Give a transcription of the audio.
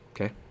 Okay